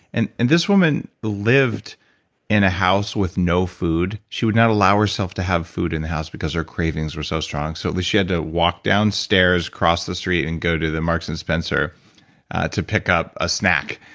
and and this woman lived in a house with no food. she would not allow herself to have food in the house because her cravings were so strong, so at least she had to walk downstairs, cross the street and go to the marks and spencer to pick up a snack.